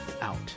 out